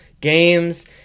games